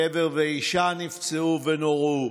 גבר ואישה נפצעו ונורו,